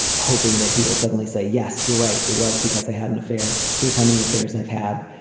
hoping that he will suddenly say yes you're right it was because i had an affair. here's how many affairs i've had.